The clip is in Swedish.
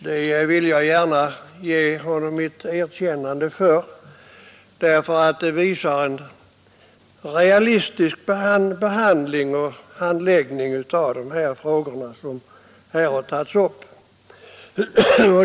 Det vill jag gärna ge honom ett erkännande för, eftersom det visar en realistisk behandling och handläggning av de frågor som här tagits upp.